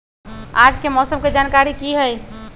आज के मौसम के जानकारी कि हई?